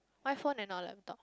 why phone and not laptop